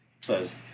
says